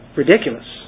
ridiculous